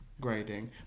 grading